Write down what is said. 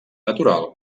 natural